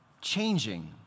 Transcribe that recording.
changing